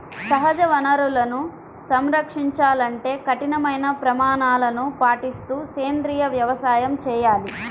సహజ వనరులను సంరక్షించాలంటే కఠినమైన ప్రమాణాలను పాటిస్తూ సేంద్రీయ వ్యవసాయం చేయాలి